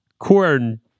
corn